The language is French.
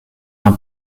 d’un